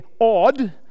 odd